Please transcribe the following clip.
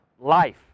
life